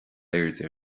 airde